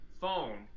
phone